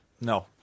No